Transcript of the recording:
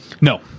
no